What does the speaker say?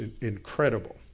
incredible